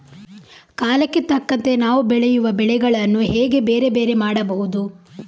ಕಾಲಕ್ಕೆ ತಕ್ಕಂತೆ ನಾವು ಬೆಳೆಯುವ ಬೆಳೆಗಳನ್ನು ಹೇಗೆ ಬೇರೆ ಬೇರೆ ಮಾಡಬಹುದು?